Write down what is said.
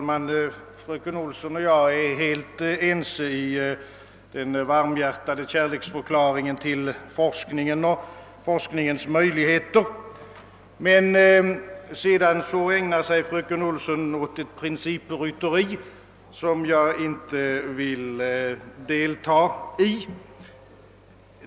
Herr talman! Jag instämmer helt i fröken Olssons varmhjärtade kärleksförklaring till forskningen och hennes tro på forskningens möjligheter. Men fröken Olsson ägnar sig åt ett principrytteri som jag inte vill delta i.